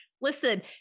Listen